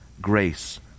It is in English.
grace